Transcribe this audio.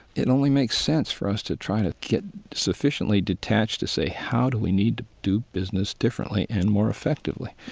it only makes sense for us to try to get sufficiently detached to say, how do we need to do business differently and more effectively?